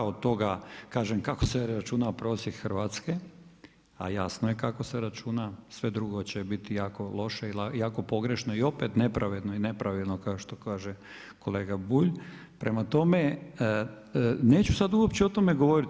Od toga, kažem, kako se računa prosijeku Hrvatske, a jasno je kako se računa, sve drugo će biti jako loše i jako pogrešno i opet nepravedno i nepravilno, kao što kaže kolega Bulj, prema tome, neću sad uopće o tome govoriti.